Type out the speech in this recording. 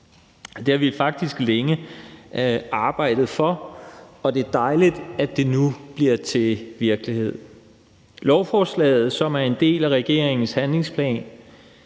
Det har vi faktisk længe arbejdet for, og det er dejligt, at det nu bliver til virkelighed. Lovforslaget, som er en del af regeringens handlingsplan